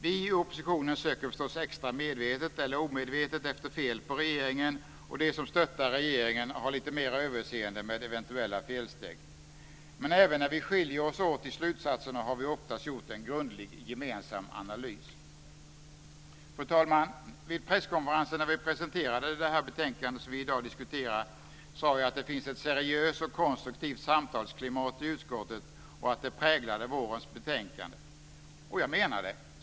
Vi i oppositionen söker förstås extra medvetet eller omedvetet efter fel på regeringen, och de som stöttar regeringen har lite mer överseende med eventuella felsteg. Men även när vi skiljer oss åt i slutsatserna har vi oftast gjort en grundlig gemensam analys. Fru talman! Vid presskonferensen när vi presenterade det betänkande som vi i dag diskuterar sade jag att det finns ett seriöst och konstruktivt samtalsklimat i utskottet och att detta präglade vårens betänkande. Och jag menar det.